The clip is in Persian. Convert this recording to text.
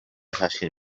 تشکیل